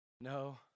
No